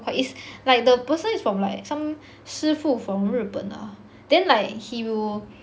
is like the person is from like some 师傅 from 日本 lah then like he will